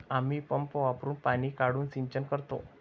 आम्ही पंप वापरुन पाणी काढून सिंचन करतो